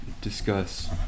discuss